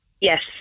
Yes